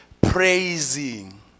praising